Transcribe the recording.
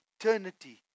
eternity